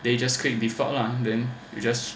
then you just click default lah then you just